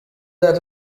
dal